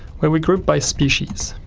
where we group by species.